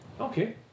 Okay